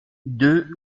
deux